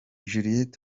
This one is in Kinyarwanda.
juliet